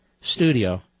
studio